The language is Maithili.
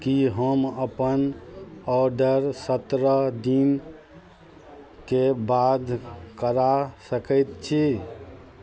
की हम अपन ऑडर सतरह दिनके बाद करा सकैत छी